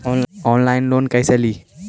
Online loan कैसे ली?